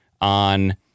on